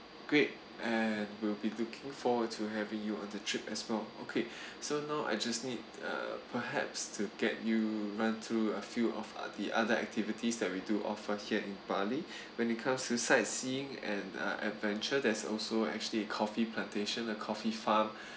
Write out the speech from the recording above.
great and will be looking forward to having you on the trip as well okay so now I just need uh perhaps to get you run through a few of the other activities that we do offer here in bali when it come to sightseeing and uh adventure there's also actually coffee plantation the coffee farm